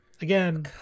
again